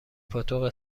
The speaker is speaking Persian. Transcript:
پاتوق